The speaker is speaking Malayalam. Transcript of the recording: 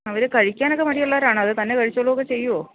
അവർ കഴിക്കാനൊക്കെ മടിയുള്ളവർ ആണോ അതോ തന്നെ കഴിച്ചോളു ഒക്കെ ചെയ്യുമോ